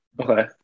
Okay